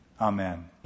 Amen